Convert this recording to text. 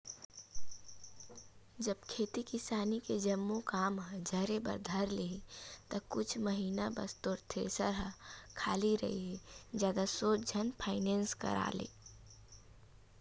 जब खेती किसानी के जम्मो काम ह झरे बर धर लिही ता कुछ महिना बस तोर थेरेसर ह खाली रइही जादा सोच झन फायनेंस करा ले